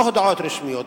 לא הודעות רשמיות,